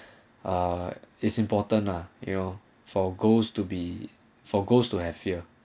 uh it's important lah you know for goes to be for goes to have fear